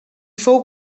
fou